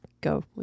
go